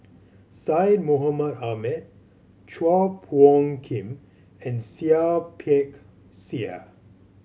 Syed Mohamed Ahmed Chua Phung Kim and Seah Peck Seah